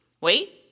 Wait